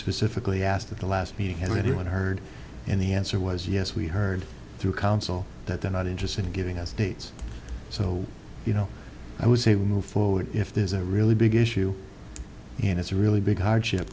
specifically asked at the last meeting had anyone heard and the answer was yes we heard through counsel that they're not interested in giving us dates so you know i would say we move forward if there's a really big issue and it's a really big hardship